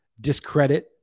discredit